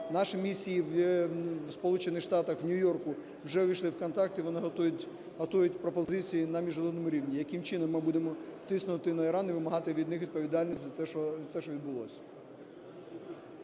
Наші місії в Сполучених Штатах, в Нью-Йорку, вже увійшли в контакт, і вони готують пропозиції на міжнародному рівні, яким чином ми будемо тиснути на Іран і вимагати від них відповідальності за те, що відбулося.